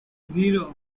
zero